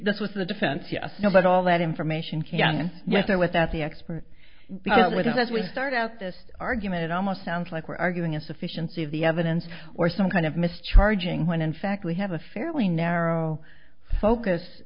this was the defense you know but all that information can get there without the expert witness as we start out this argument it almost sounds like we're arguing insufficiency of the evidence or some kind of missed charging when in fact we have a fairly narrow focus